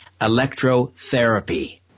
electrotherapy